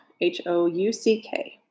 H-O-U-C-K